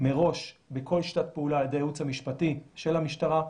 מראש בכל שיטת פעולה על ידי הייעוץ המשפטי של המשטרה,